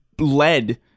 lead